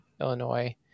Illinois